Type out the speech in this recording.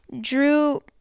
drew